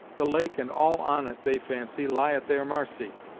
the lake, and all on it, they fancy, lie at their marcy.